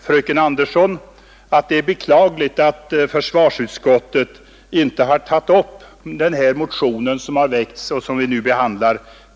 Fröken Andersson säger att det är beklagligt att försvarsutskottet inte har till allvarlig prövning tagit upp den motion som vi nu behandlar.